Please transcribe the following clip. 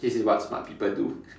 this is what smart people do